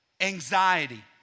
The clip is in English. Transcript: Anxiety